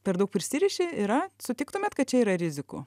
per daug prisiriši yra sutiktumėt kad čia yra rizikų